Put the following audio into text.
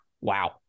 wow